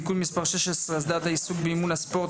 (תיקון מס' 16) (הסדרת העיסוק באימון ספורט),